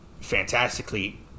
fantastically